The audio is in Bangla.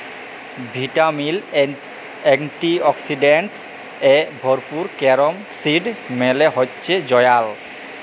ভিটামিল, এন্টিঅক্সিডেন্টস এ ভরপুর ক্যারম সিড মালে হচ্যে জয়াল